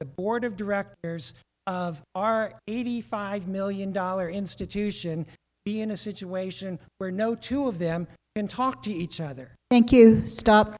the board of directors of our eighty five million dollar institution be in a situation where no two of them in talk to each other